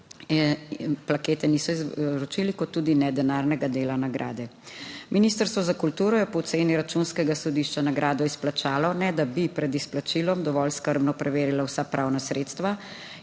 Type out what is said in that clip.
plakete niso izročili, kot tudi ne denarnega dela nagrade. Ministrstvo za kulturo je po oceni Računskega sodišča nagrado izplačalo, ne da bi pred izplačilom dovolj skrbno preverilo vsa pravna sredstva